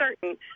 certain